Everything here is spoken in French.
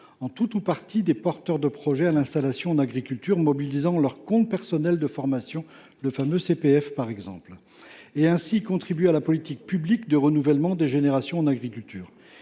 en tout ou partie les porteurs de projet d’installation en agriculture mobilisant leur compte personnel de formation (CPF), par exemple, et ainsi de contribuer à la politique publique de renouvellement des générations en agriculture.